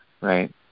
right